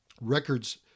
records